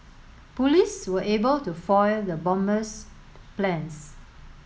police were able to foil the bomber's plans